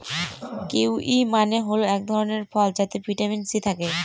kiwi মানে হল এক ধরনের ফল যাতে ভিটামিন সি থাকে